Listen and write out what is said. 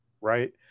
right